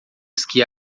esqui